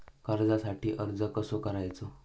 कर्जासाठी अर्ज कसो करायचो?